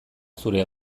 zure